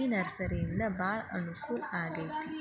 ಈ ನರ್ಸರಿಯಿಂದ ಬಾಳ ಅನಕೂಲ ಆಗೈತಿ